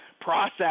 process